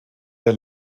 der